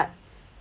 but